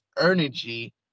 energy